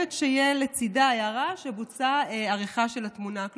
חייבת שתהיה לצדה הערה שבוצעה עריכה של התמונה,